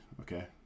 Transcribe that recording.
Okay